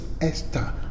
Esther